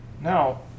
now